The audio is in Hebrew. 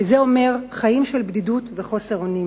וזה אומר חיים של בדידות וחוסר אונים.